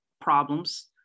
problems